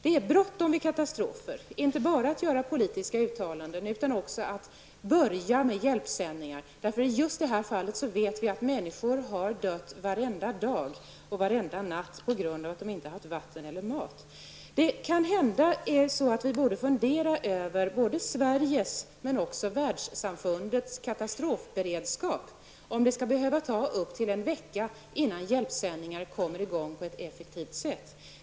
Det är bråttom vid katastrofer, inte bara att göra politiska uttalanden utan också att börja med hjälpsändningar. Just i det här fallet vet vi att varenda dag och varenda natt har människor dött på grund av att de inte har haft vatten eller mat. Kanhända borde vi fundera över både Sveriges och också världssamfundets katastrofberedskap, om det skall behöva ta upp till en vecka innan hjälpsändningar kommer i gång på ett effektivt sätt.